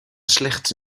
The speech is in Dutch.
slechts